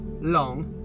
long